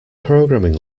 programming